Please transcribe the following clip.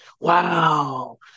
wow